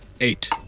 Eight